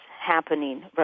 happening